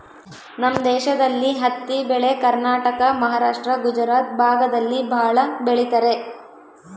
ನಮ್ ದೇಶದಲ್ಲಿ ಹತ್ತಿ ಬೆಳೆ ಕರ್ನಾಟಕ ಮಹಾರಾಷ್ಟ್ರ ಗುಜರಾತ್ ಭಾಗದಲ್ಲಿ ಭಾಳ ಬೆಳಿತರೆ